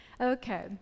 okay